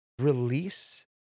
release